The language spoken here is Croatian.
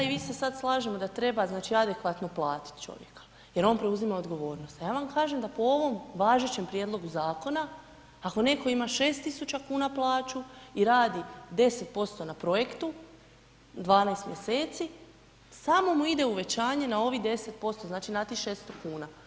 Ja i vi se sad slažemo da treba znači adekvatno platiti čovjeka jer on preuzima odgovornost, a ja vam kažem da po ovom važećem prijedlogu zakona, ako netko ima 6.000 kuna plaću i radi 10% na projektu 12 mjeseci, samo mu ide uvećanje na ovih 10% znači na tih 600 kuna.